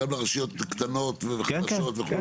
גם לרשויות הקטנות, החדשות, וכולה?